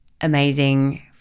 amazing